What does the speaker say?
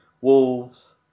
Wolves